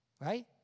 Right